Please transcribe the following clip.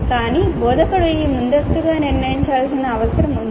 కానీ బోధకుడు ఈ ముందస్తుగా నిర్ణయించాల్సిన అవసరం ఉంది